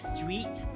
Street